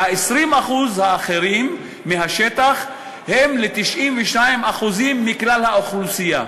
וה-20% האחרים מהשטח הם ל-92% מכלל האוכלוסייה.